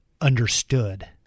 understood